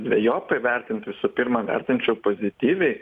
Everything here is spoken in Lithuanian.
dvejopai vertinti visų pirma vertinčiau pozityviai